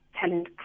talent